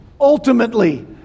Ultimately